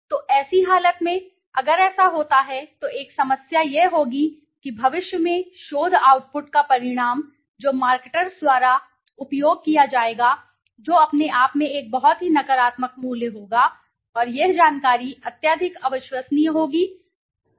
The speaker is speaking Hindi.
तो ऐसी हालत में अगर ऐसा होता है तो एक समस्या यह होगी कि भविष्य में शोध आउटपुट का परिणाम जो मार्केटर्स द्वारा उपयोग किया जाएगा जो अपने आप में एक बहुत ही नकारात्मक मूल्य होगा और यह जानकारी अत्यधिक अविश्वसनीय होगी और अत्यधिक अविश्वसनीय